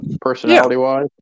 personality-wise